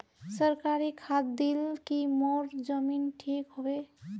सरकारी खाद दिल की मोर जमीन ठीक होबे?